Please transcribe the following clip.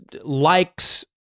likes